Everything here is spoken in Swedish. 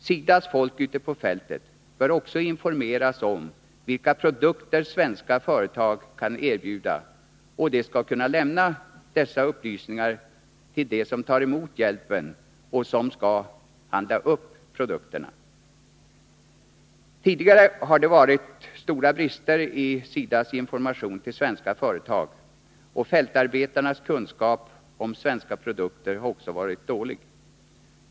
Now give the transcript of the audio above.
SIDA:s folk ute på fältet bör också informeras om vilka produkter svenska företag kan erbjuda, och de skall kunna lämna dessa upplysningar till dem som tar emot hjälpen och som skall handla upp produkterna. Tidigare har det varit stora brister i SIDA:s information till svenska företag, och fältarbetarnas kunskap om svenska produkter har också varit dålig.